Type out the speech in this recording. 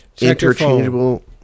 interchangeable